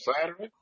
Saturday